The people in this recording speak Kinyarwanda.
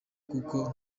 kuko